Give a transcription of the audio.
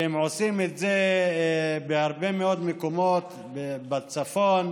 והם עושים את זה בהרבה מאוד מקומות, בצפון,